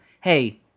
hey